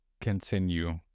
continue